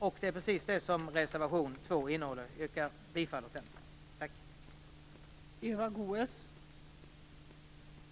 Detta är precis vad reservation 2 innehåller. Jag yrkar bifall till denna reservation.